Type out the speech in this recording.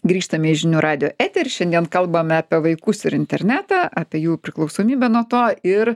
grįžtame į žinių radijo eterį šiandien kalbame apie vaikus ir internetą apie jų priklausomybę nuo to ir